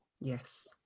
yes